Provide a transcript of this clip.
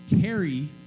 carry